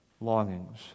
longings